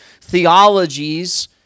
theologies